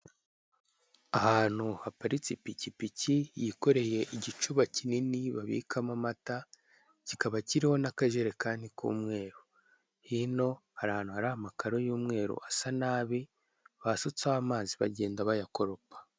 Ahantu haparitse ipikipiki yikoreye igicuba kinini babikamo amata, kikaba kiriho n'akajerekani k'umweru. Hino hari ahantu hari amakaro y'umweru asa nabi basutseho amazi bagenda bayakoropa.